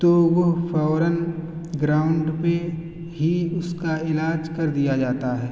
تو وہ فوراً گراؤنڈ پہ ہی اس کا علاج کر دیا جاتا ہے